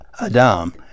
Adam